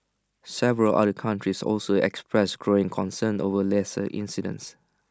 several other countries also expressed growing concern over laser incidents